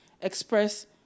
express